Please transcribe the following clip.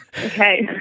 Okay